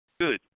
good